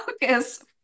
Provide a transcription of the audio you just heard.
focus